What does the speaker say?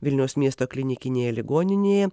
vilniaus miesto klinikinėje ligoninėje